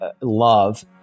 love